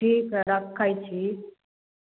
ठीक है रक्खै छी